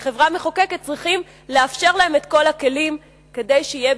צריכים לאפשר להם את כל הכלים כדי שיהיה